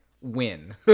win